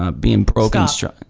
ah being broke ah so